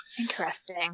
Interesting